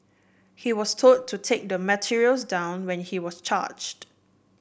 he was told to take the materials down when he was charged